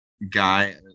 Guy